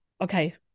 okay